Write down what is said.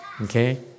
okay